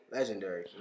Legendary